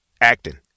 acting